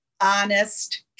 honest